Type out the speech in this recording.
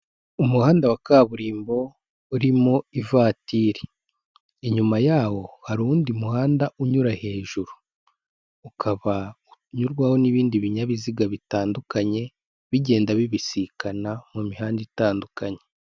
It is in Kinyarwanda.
Umuhanda wa kaburimbo urimo ivatiri, inyuma yawo hari uwundi muhanda unyura hejuru, ukaba unyurwaho n'ibindi binyabiziga bitandukanye bigenda bibisikana mu mihanda itandukanye.